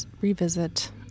revisit